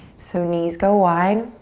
so knees go wide.